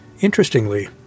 Interestingly